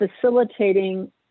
facilitating